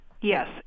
Yes